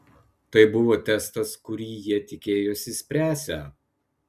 tai buvo testas kurį jie tikėjosi spręsią